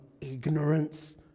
ignorance